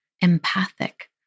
empathic